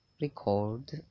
record